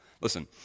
Listen